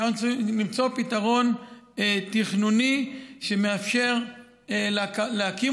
שאנחנו צריכים למצוא פתרון תכנוני שמאפשר להקים